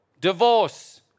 divorce